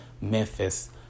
Memphis